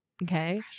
Okay